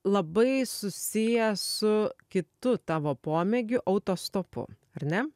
labai susijęs su kitu tavo pomėgiu autostopu ar ne